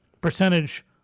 percentage